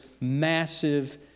massive